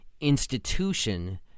institution